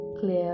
clear